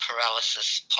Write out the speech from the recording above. paralysis